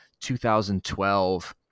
2012